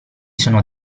sono